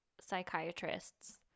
psychiatrists